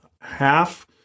half